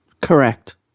Correct